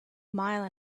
mile